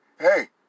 hey